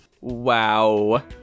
wow